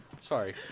Sorry